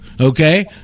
Okay